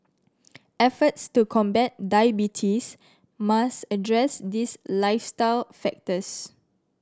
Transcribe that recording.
efforts to combat diabetes must address these lifestyle factors